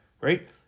Right